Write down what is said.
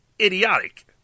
idiotic